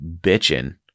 bitching